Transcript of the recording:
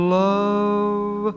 love